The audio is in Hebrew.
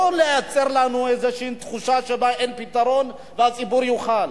לא לייצר לנו איזו תחושה שבה אין פתרון והציבור יוכל.